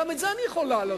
גם את זה אני יכול להעלות.